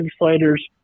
legislators